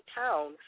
town